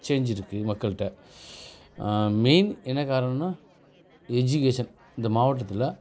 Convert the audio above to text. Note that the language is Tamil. சேன்ஜ் இருக்குது மக்கள்கிட்ட மெயின் என்ன காரணன்னால் எஜிகேசன் இந்த மாவட்டத்தில்